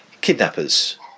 kidnappers